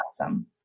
awesome